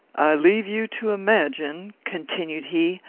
leave you to imagine, continued he,